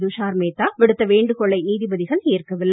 துஷார் மேத்தா விடுத்த வேண்டுகோளை நீதிபதிகள் ஏற்கவில்லை